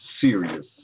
serious